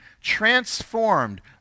transformed